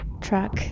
track